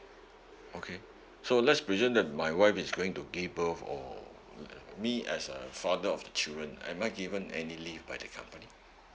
okay so let's presume that my wife is going to give birth or me as a father of the children am I given any leave by the company